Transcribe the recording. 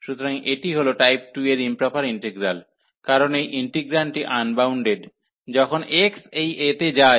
সুতরাং এটি হল টাইপ 2 এর ইম্প্রপার ইন্টিগ্রাল কারণ এই ইন্টিগ্রান্ডটি আনবাউন্ডেড যখন x এই a তে যায়